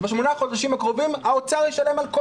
שבשמונה חודשים הקרובים האוצר ישלם על כל